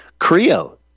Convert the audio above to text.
Creo